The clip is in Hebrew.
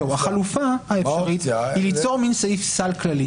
החלופה האפשרית היא ליצור מן סעיף סל כללי